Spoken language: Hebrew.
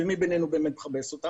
ומי מכבס אותן?